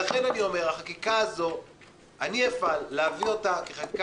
לכן אני אומר שאני אפעל להביא את החקיקה הזאת כחקיקה